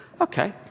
okay